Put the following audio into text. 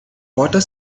water